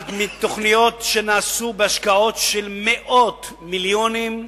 על תוכניות שנעשו בהשקעות של מאות מיליונים,